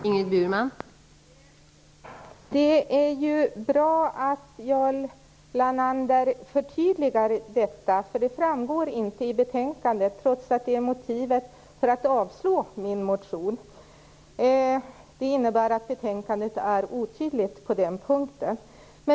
Fru talman! Det är bra att Jarl Lander förtydligar detta. Det framgår inte i betänkandet, trots att det är motivet för att avstyrka min motion. Det innebär att betänkandet är otydligt på den punkten.